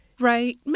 Right